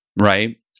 right